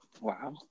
Wow